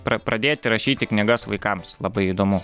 pra pradėti rašyti knygas vaikams labai įdomu